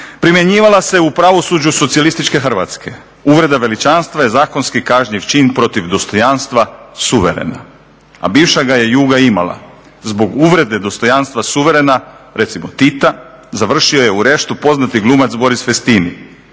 Primjenjivala se u pravosuđu socijalističke Hrvatske. Uvreda veličanstva je zakonski kažnjiv čin protiv dostojanstva suverena, a bivša ga je Juga imala. Zbog uvrede dostojanstva suverena, recimo Tita završio je u reštu poznati glumac Boris Festin